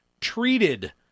treated